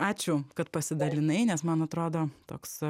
ačiū kad pasidalinai nes man atrodo toks